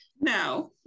No